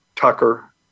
Tucker